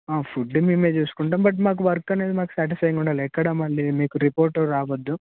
food మేమే చేసుకుంటాం but మాకు వర్క్ అనేది మాకు సాటిస్ఫయింగ్గా ఉండాలి ఎక్కడా మళ్ళీ మీకు రిపోర్ట్ రాగద్దు